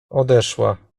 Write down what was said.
odeszła